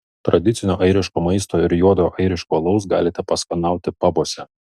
tradicinio airiško maisto ir juodojo airiško alaus galite paskanauti pabuose